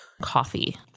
Coffee